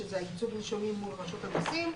שזה ייצוג נישומים מול רשות המסים.